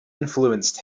influenced